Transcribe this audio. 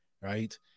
right